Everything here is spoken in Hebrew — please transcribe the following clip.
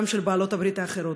וגם של בעלות הברית האחרות,